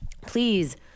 please